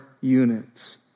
units